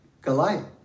Goliath